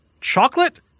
chocolate